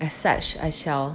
as such I shall